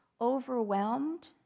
overwhelmed